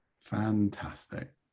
Fantastic